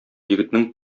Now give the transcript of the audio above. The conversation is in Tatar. егетнең